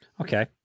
Okay